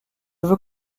veux